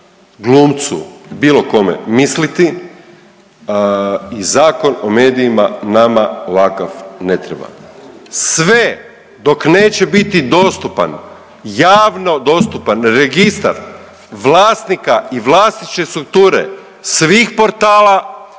glumcu, bilo kome misliti i Zakon o medijima nama ovakav ne treba. Sve dok neće biti dostupan, javno dostupan Registar vlasnika i vlasničke strukture svih portala,